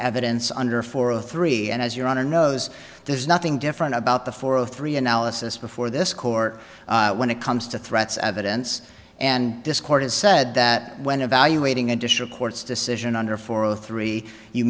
evidence under four of three and as your honor knows there's nothing different about the four of three analysis before this court when it comes to threats evidence and this court has said that when evaluating additional court's decision under four o three you